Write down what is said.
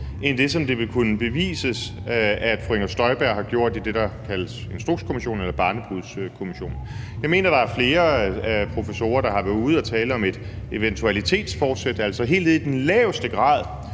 end det, som det vil kunne bevises at fru Inger Støjberg har gjort i forhold til det, der kaldes Instrukskommissionen eller barnebrudskommissionen. Jeg mener, der er flere professorer, der har været ude og tale om et eventualitetsforsæt, altså helt nede i den laveste grad,